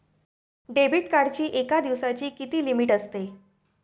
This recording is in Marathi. डेबिट कार्डची एका दिवसाची किती लिमिट असते?